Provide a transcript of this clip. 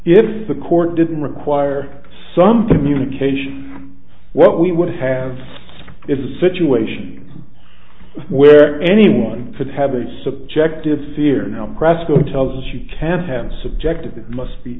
if the court didn't require some communication what we would have is a situation where anyone could have a subjective fear now cresco tells us you can't have subjective it must be